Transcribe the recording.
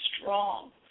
strong